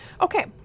Okay